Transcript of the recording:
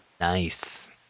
Nice